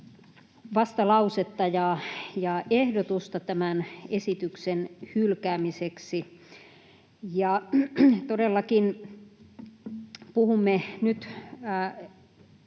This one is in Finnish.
vastalausetta ja ehdotusta tämän esityksen hylkäämiseksi. Todellakin puhumme nyt